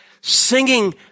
singing